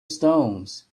stones